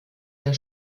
der